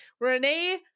Renee